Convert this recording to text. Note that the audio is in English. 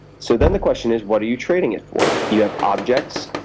so then the question is, what are you trading it for you have objects,